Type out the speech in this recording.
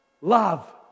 Love